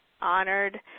honored